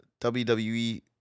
WWE